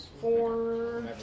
Four